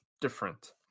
different